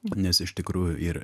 nes iš tikrųjų ir